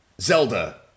Zelda